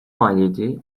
maliyeti